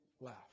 laugh